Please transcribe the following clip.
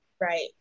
right